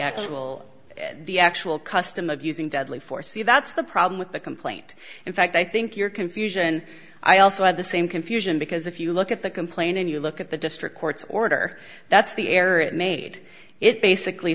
actual the actual custom of using deadly force see that's the problem with the complaint in fact i think your confusion i also have the same confusion because if you look at the complainant you look at the district court's order that's the error it made it basically